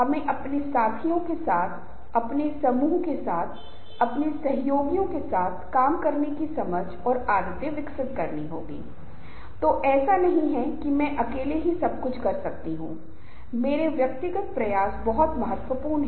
हमें पसीने से तर हथेलियाँ हो सकती हैं या हमारे दिल की दौड़ को महसूस कर सकते हैं हमारा गला कस सकता है हमें ध्यान केंद्रित करना मुश्किल हो सकता है